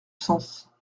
sens